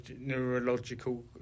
neurological